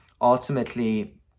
ultimately